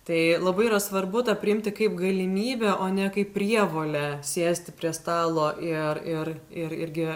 tai labai yra svarbu tą priimti kaip galimybę o ne kaip prievolę sėsti prie stalo ir ir ir irgi